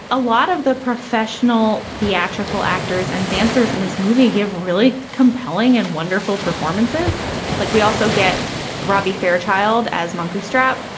a lot of the professional theatrical actors and dancers in this movie give really compelling and wonderful performances like we also get robbie fairchild as mongo strapped,